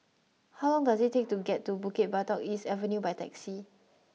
how long does it take to get to Bukit Batok East Avenue by taxi